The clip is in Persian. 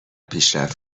پیشرفت